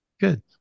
Good